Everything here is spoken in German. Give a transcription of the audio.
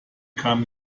kam